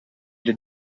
did